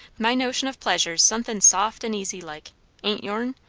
my notion of pleasure's sun'thin' soft and easy like ain't your'n?